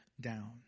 down